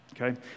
Okay